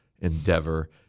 endeavor